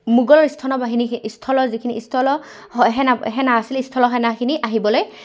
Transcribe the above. মোগলৰ স্থল বাহিনী স্থলৰ যিখিনি স্থল সেনা সেনা আছিল স্থলৰ সেনাখিনি আহিবলৈ